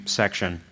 section